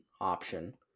option